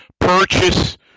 purchase